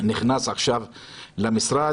שנכנס עכשיו למשרד.